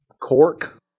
cork